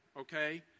okay